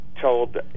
told